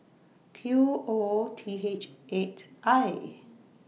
Q O T H eight I